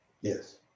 Yes